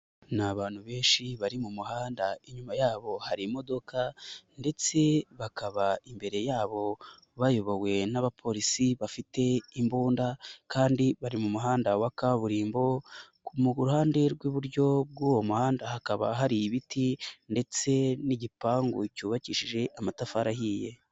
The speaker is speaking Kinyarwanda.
Ni abantu benshi bari mu muhanda inyuma yabo hari imodoka ndetse bakaba imbere yabo bayobowe n'abapolisi bafite imbunda kandi bari mu muhanda wa kaburimbo, mu ruhande rw'iburyo bw'uwo muhanda hakaba hari ibiti ndetse n'igipangu cyubakishije amatafari ahiye.